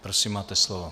Prosím, máte slovo.